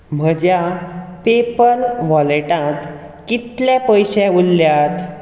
म्हज्या पेपॅल वॉलेटांत कितले पयशे उरल्यात